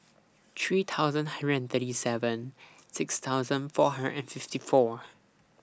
three thousand hundred and thirty seven six thousand four hundred and fifty four